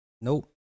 nope